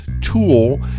tool